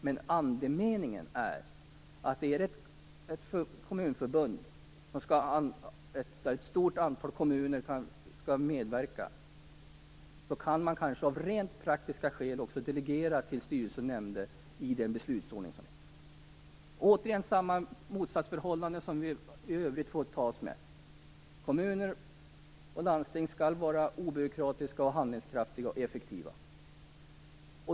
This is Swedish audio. Men andemeningen är att man, i ett kommunalförbund där ett stort antal kommuner medverkar, av rent praktiska skäl kan delegera beslut till styrelser och nämnder enligt beslutsordningen. Här möter vi återigen samma motsatsförhållanden - det krävs att kommuner och landsting skall vara obyråkratiska, handlingskraftiga och effektiva.